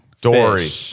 Dory